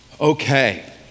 Okay